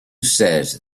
says